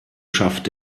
schafft